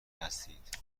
هستید